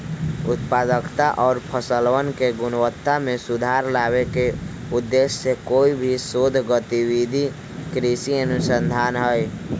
उत्पादकता और फसलवन के गुणवत्ता में सुधार लावे के उद्देश्य से कोई भी शोध गतिविधि कृषि अनुसंधान हई